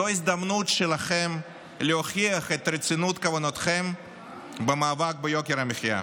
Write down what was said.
זו ההזדמנות שלכם להוכיח את רצינות כוונתכם במאבק ביוקר המחיה